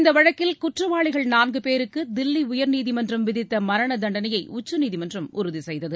இந்த வழக்கில் குற்றவாளிகள் நான்கு பேருக்கு தில்லி உயர்நீதிமன்றம் விதித்த மரண தண்டனையை உச்சநீதிமன்றம் உறுதி செய்தது